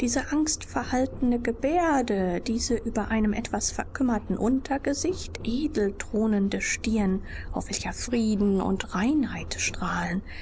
diese angstverhaltene gebärde diese über einem etwas verkümmerten untergesicht edel thronende stirn auf welcher frieden und reinheit strahlen